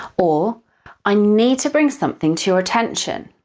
or i need to bring something to your attention.